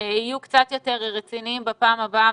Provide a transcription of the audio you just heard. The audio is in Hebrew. יהיו קצת רציניים בפעם הבאה,